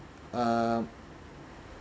uh